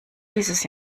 dieses